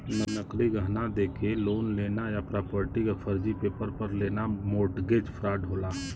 नकली गहना देके लोन लेना या प्रॉपर्टी क फर्जी पेपर पर लेना मोर्टगेज फ्रॉड होला